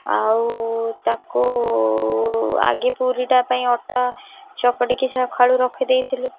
ଆଉ ତାକୁ ଆଗେ ପୁରୀଟା ପାଇଁ ଅଟା ଚକଡ଼ିକି ସକାଳୁ ରଖିଦେଇଥିଲି